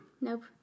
Nope